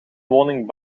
woning